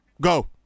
Go